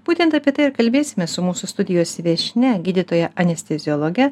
būtent apie tai ir kalbėsimės su mūsų studijos viešnia gydytoja anesteziologe